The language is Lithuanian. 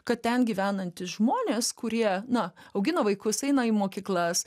kad ten gyvenantys žmonės kurie na augina vaikus eina į mokyklas